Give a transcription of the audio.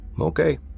Okay